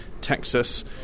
Texas